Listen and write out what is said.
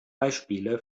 beispiele